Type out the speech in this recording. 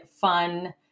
fun